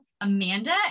Amanda